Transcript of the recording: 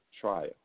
trial